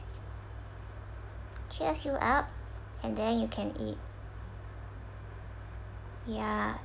cheers you up and then you can eat ya